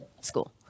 school